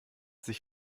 sich